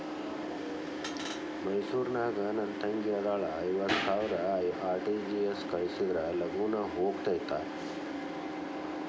ಮೈಸೂರ್ ನಾಗ ನನ್ ತಂಗಿ ಅದಾಳ ಐವತ್ ಸಾವಿರ ಆರ್.ಟಿ.ಜಿ.ಎಸ್ ಕಳ್ಸಿದ್ರಾ ಲಗೂನ ಹೋಗತೈತ?